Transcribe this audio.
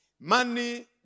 Money